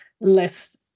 less